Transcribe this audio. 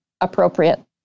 appropriate